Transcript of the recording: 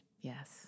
Yes